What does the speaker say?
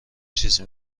چیزی